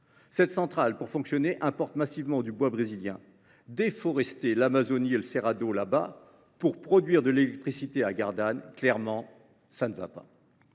cette centrale, nous importons massivement du bois brésilien : déforester l’Amazonie et le Cerrado pour produire de l’électricité à Gardanne, clairement, cela ne va pas